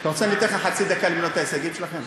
אתה רוצה שאני אתן לך חצי דקה למנות את ההישגים שלכם?